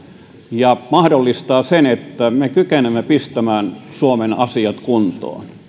ja mahdollistaa sen että me kykenemme pistämään suomen asiat kuntoon